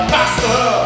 Master